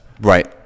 Right